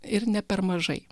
ir ne per mažai